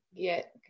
get